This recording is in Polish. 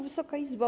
Wysoka Izbo!